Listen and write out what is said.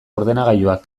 ordenagailuak